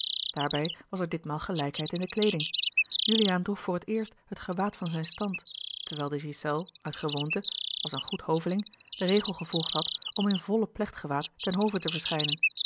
daarbij was er ditmaal gelijkheid in de kleeding juliaan droeg voor t eerst het gewaad van zijn stand terwijl de ghiselles uit gewoonte als een goed hoveling den regel gevolgd had om in volle plechtgewaad ten hove te verschijnen